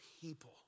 people